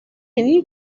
you